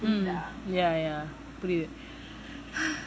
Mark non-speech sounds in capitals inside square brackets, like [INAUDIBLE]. mm ya ya புரிது:purithu [BREATH]